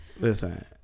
Listen